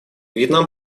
вьетнам